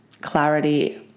clarity